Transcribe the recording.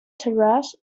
terrace